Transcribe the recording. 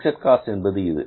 fixed cost என்பது இது